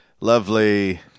lovely